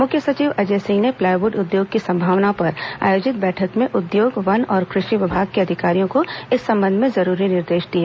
मुख्य सचिव अजय सिंह ने प्लाईवुड उद्योग की संभावनाओं पर आयोजित बैठक में उद्योग वन और कृषि विभाग के अधिकारियों को इस संबंध में जरूरी निर्देश दिए